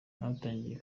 hatangiye